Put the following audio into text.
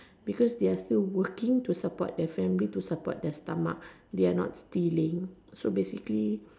because they are still working to support their family to support their stomach they are not stealing